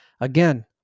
Again